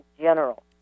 general